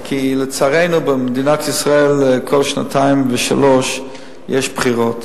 כי לצערנו במדינת ישראל כל שנתיים ושלוש שנים יש בחירות,